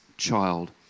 child